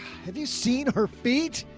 have you seen her feet?